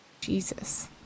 Jesus